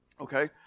Okay